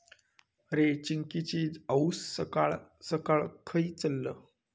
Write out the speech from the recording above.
अरे, चिंकिची आऊस सकाळ सकाळ खंय चल्लं?